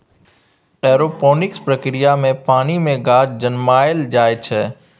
aeroponics प्रक्रिया मे पानि मे गाछ जनमाएल जाइ छै